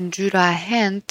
Ngjyra e hint